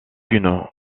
une